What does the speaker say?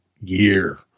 year